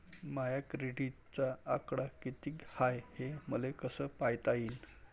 माया क्रेडिटचा आकडा कितीक हाय हे मले कस पायता येईन?